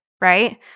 right